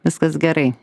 viskas gerai